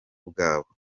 bwaho